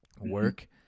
work